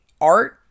art